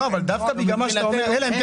אסי,